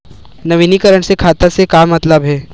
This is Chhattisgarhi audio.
नवीनीकरण से खाता से का मतलब हे?